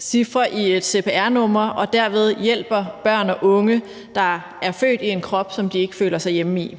cifre i et cpr-nummer og derved hjælper børn og unge, der er født i en krop, som de ikke føler sig hjemme i.